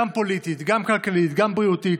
גם פוליטית, גם כלכלית, גם בריאותית,